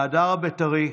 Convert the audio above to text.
ההדר הבית"רי,